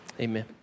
amen